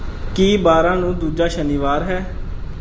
ਕੀ ਬਾਰ੍ਹਾਂ ਨੂੰ ਦੂਜਾ ਸ਼ਨੀਵਾਰ ਹੈ